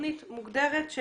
תוכנית מוגדרת?